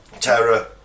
terror